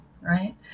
right